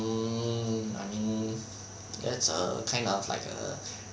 hmm I mean that's err kind of like a